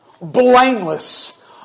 blameless